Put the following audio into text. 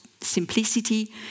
simplicity